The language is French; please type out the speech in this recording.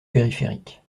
périphériques